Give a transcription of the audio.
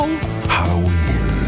Halloween